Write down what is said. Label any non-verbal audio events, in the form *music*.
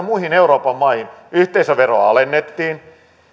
*unintelligible* muihin euroopan maihin yhteisöveroa alennettiin